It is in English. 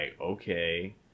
okay